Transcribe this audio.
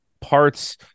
parts